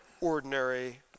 ordinary